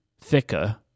thicker